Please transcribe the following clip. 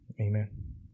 Amen